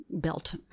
built